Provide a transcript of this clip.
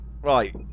Right